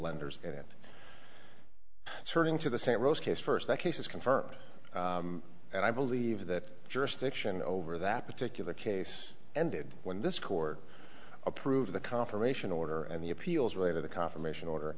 lenders it turning to the st rose case first that case is confirmed and i believe that jurisdiction over that particular case ended when this court approved the confirmation order and the appeals right of the confirmation order